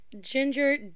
ginger